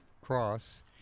cross